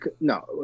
No